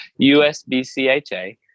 USBCHA